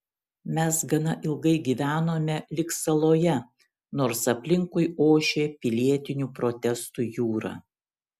mes gana ilgai gyvenome lyg saloje nors aplinkui ošė pilietinių protestų jūra